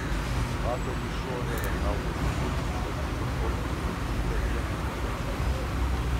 vakar iššovė renaldas seibutis su martynu pociumi kitą dieną kažkas kitas